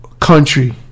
country